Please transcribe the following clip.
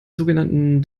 sogenannten